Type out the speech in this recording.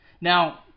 Now